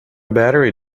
battery